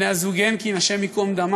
בני הזוג הנקין הי"ד.